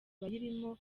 bayirimo